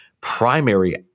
primary